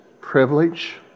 privilege